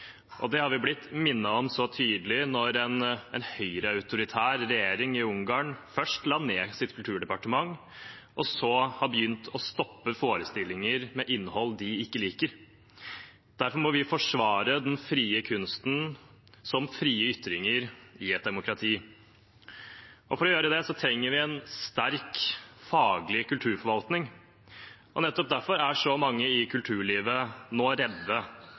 demokrati. Det har vi blitt tydelig minnet om når en høyreautoritær regjering i Ungarn først la ned sitt kulturdepartement, og så har begynt å stoppe forestillinger med innhold de ikke liker. Derfor må vi forsvare den frie kunsten som frie ytringer i et demokrati. For å gjøre det trenger vi en sterk faglig kulturforvaltning, og nettopp derfor er så mange i kulturlivet nå